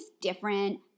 different